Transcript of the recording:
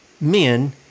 men